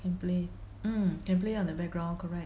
can play mm can play on the background correct